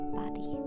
body